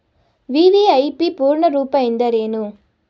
VVIP ಪೂರ್ಣ ರೂಪ ಎಂದರೇನು?